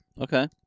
Okay